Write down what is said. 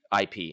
IP